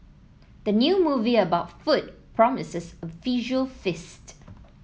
the new movie about food promises a visual feast